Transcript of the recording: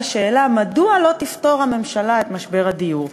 השאלה מדוע לא תפתור הממשלה את משבר הדיור.